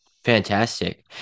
Fantastic